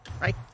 Right